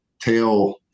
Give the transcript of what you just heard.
tail